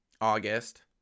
august